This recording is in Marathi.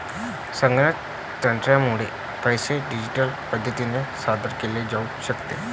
संगणक तंत्रज्ञानामुळे पैसे डिजिटल पद्धतीने सादर केले जाऊ शकतात